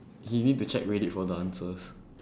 he need to check reddit for the answers